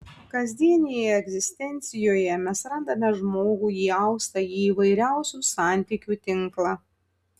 kasdienėje egzistencijoje mes randame žmogų įaustą į įvairiausių santykių tinklą